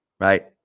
Right